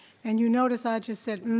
and you notice i just said mm-hmm,